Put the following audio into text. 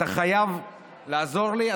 אתה חייב לעזור לי,